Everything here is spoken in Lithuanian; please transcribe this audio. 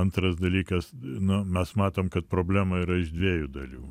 antras dalykas nu mes matom kad problema yra iš dviejų dalių